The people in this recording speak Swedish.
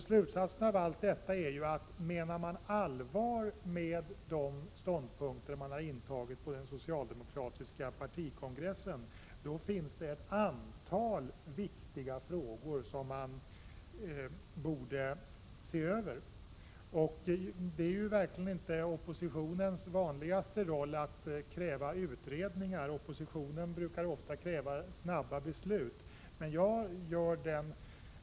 Slutsatsen av allt detta blir, att om man menar allvar med de ståndpunkter man har intagit på den socialdemokratiska partikongressen, finns det ett antal viktiga frågor som man borde se över. Det brukar verkligen inte ingå i oppositionens vanliga roll att kräva utredningar. Oppositionen brukar ofta kräva snabba beslut.